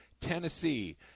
Tennessee